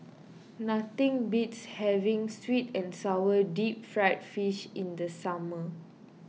nothing beats having Sweet and Sour Deep Fried Fish in the summer